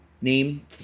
name